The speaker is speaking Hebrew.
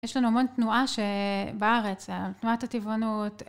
יש לנו המון תנועה בארץ, תנועת הטבעונות.